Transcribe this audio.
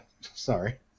sorry